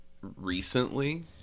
recently